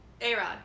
a-rod